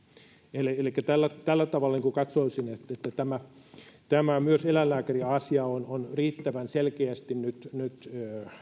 elikkä tällä tällä tavalla katsoisin että että myös eläinlääkäriasia on on riittävän selkeästi nyt nyt